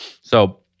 So-